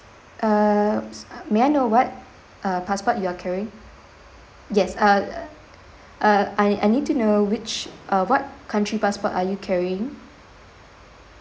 err may I know what uh passport you are carrying yes uh uh I I need to know which uh what country passport are you carrying